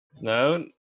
No